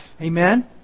Amen